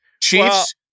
Chiefs